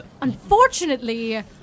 Unfortunately